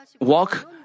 walk